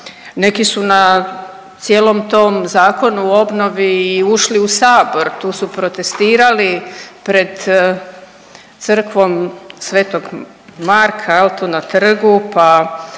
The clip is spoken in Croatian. neki su na cijelom tom Zakonu o obnovi i ušli u Sabor, tu su protestirali pred Crkvom sv. Marka, je li, tu na trgu pa